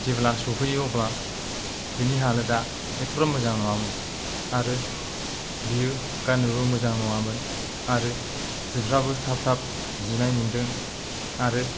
जेब्ला सौफैयो अब्ला बिनि हालोदा एथ'ग्राब मोजां नङामोन आरो बियो गाननोबो मोजां नङामोन आरो जिफ्राबो थाब थाब जिनाय मोन्दों आरो